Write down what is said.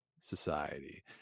society